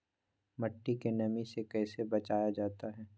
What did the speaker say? मट्टी के नमी से कैसे बचाया जाता हैं?